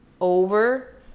over